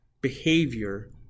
behavior